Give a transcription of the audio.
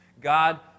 God